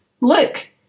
Look